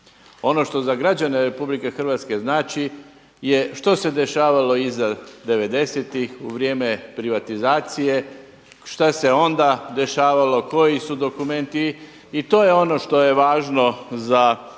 Ono što za građane RH znači je što se dešavalo iza devedesetih u vrijeme privatizacije, šta se onda dešavalo, koji su dokumenti. I to je ono što je važno za građane